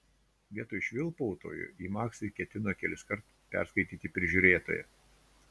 vietoj švilpautojo ji maksui ketino keliskart perskaityti prižiūrėtoją